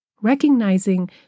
Recognizing